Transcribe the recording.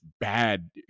bad